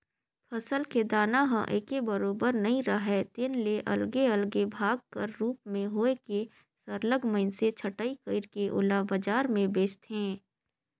फसल के दाना ह एके बरोबर नइ राहय तेन ले अलगे अलगे भाग कर रूप में होए के सरलग मइनसे छंटई कइर के ओला बजार में बेंचथें